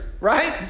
Right